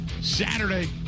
Saturday